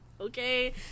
Okay